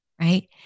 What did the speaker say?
right